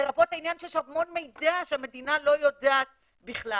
לרבות העניין שיש המון מידע שהמדינה לא יודעת בכלל.